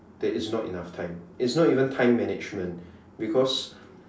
there is not enough time it's not even time management because